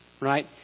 Right